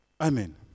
Amen